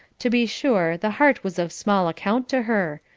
to be sure, the heart was of small account to her,